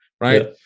right